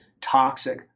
toxic